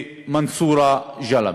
ומנסורה-ג'למה.